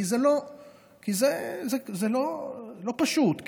כי זה לא פשוט,